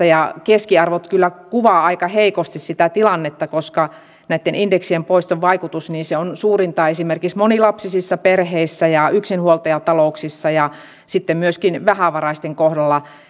ja keskiarvot kyllä kuvaavat aika heikosti sitä tilannetta koska näitten indeksien poiston vaikutus on suurinta esimerkiksi monilapsisissa perheissä ja yksinhuoltajatalouksissa ja sitten myöskin vähävaraisten kohdalla